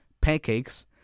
pancakes